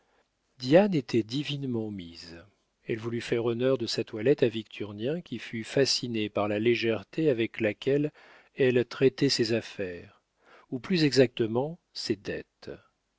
diane était divinement mise elle voulut faire honneur de sa toilette à victurnien qui fut fasciné par la légèreté avec laquelle elle traitait ses affaires ou plus exactement ses dettes